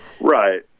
Right